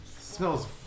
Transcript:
smells